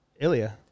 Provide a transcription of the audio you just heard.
Ilya